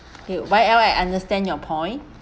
okay Y L I understand your point